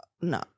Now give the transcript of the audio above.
No